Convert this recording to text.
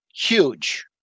Huge